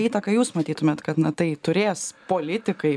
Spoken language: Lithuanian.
įtaką jūs matytumėt kad tai turės politikai